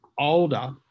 older